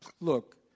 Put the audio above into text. look